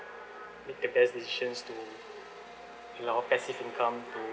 make the best decisions to allow passive income to